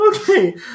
Okay